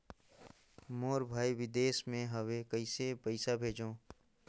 मोर भाई विदेश मे हवे कइसे पईसा भेजो?